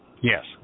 Yes